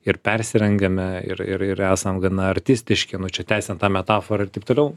ir persirengiame ir ir ir esam gana artistiški nu čia tęsiant tą metaforą ir taip toliau